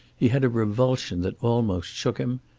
he had a revulsion that almost shook him.